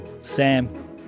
Sam